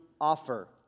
offer